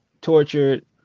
tortured